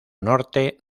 norte